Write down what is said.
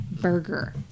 Burger